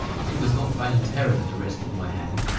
it was not vain terror that arrested my hand.